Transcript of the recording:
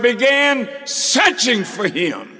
began searching for him